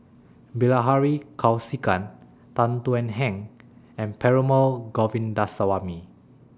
Bilahari Kausikan Tan Thuan Heng and Perumal Govindaswamy